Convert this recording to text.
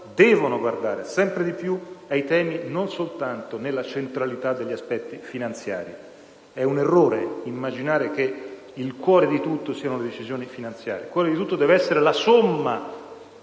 devono guardare sempre di più ai temi non soltanto nella centralità degli aspetti finanziari. È un errore immaginare che il cuore di tutto siano le decisioni finanziarie: il cuore di tutto deve essere la somma